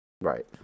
Right